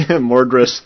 Mordred